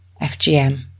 FGM